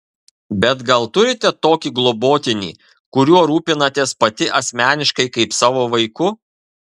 bet gal turite tokį globotinį kuriuo rūpinatės pati asmeniškai kaip savo vaiku